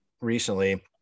recently